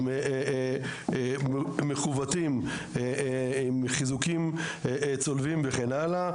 מחווטים עם חיזוקים צולבים וכן הלאה.